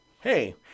Hey